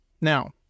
Now